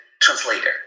translator